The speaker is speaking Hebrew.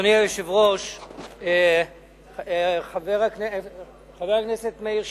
אדוני היושב-ראש, חבר הכנסת מאיר שטרית,